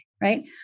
right